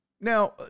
Now